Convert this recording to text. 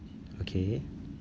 okay